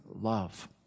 love